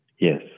yes